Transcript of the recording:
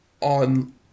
on